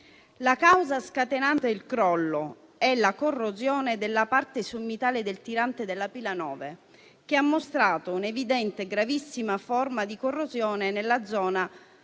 «la causa scatenante il crollo è la corrosione della parte sommitale del tirante della pila 9 che ha mostrato un'evidente e gravissima forma di corrosione nella zona